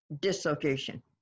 dislocation